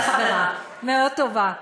חברה טובה מאוד.